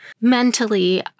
mentally